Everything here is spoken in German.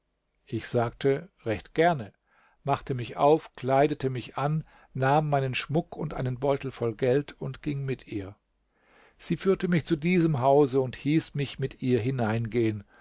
ich sagte recht gerne machte mich auf kleidete mich an nahm meinen schmuck und einen beutel voll geld und ging mit ihr sie führte mich zu diesem hause und hieß mich mit ihr hineingehen